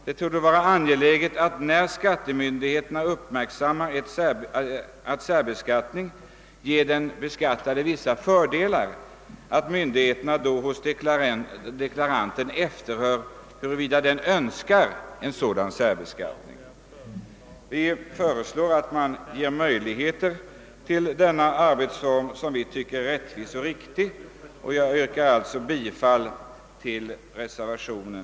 Det torde vara angeläget att skattemyndigheterna, när de uppmärksammat att särbeskattning ger den beskattade vissa fördelar, hos deklaranten efterhör, huruvida han önskar en sådan särbeskattning. Vi föreslår att man ger möjlighet till denna arbetsform, som vi tycker är rättvis och riktig, och jag yrkar bifall till reservationen.